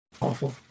Awful